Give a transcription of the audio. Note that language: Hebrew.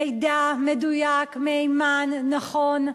מידע מדויק, מהימן, נכון,